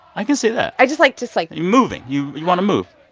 i can see that i just like just like. you're moving. you you want to move.